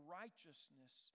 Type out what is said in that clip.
righteousness